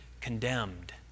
condemned